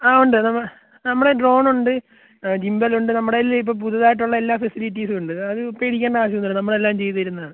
ആ ഉണ്ട് നമ്മ നമ്മുടെ കൈ ഡ്രോൺ ഉണ്ട് ആ ജിമ്പൽ ഉണ്ട് നമ്മുടെ കയ്യിലിപ്പം പുതിയതായിട്ടുള്ള എല്ലാ ഫെസിലിറ്റീസും ഉണ്ട് അത് പേടിക്കേണ്ട ആവശ്യം ഒന്നുമില്ല നമ്മൾ എല്ലാം ചെയ്ത് തരുന്നതാണ്